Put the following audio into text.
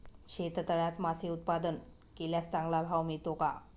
शेततळ्यात मासे उत्पादन केल्यास चांगला भाव मिळतो का?